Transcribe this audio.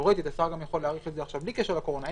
השר גם יכול להאריך את זה עכשיו בלי קשר לקורונה.